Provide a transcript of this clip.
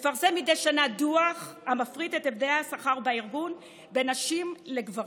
לפרסם מדי שנה דוח המפרט את הבדלי השכר בארגון בין נשים לגברים.